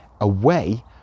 away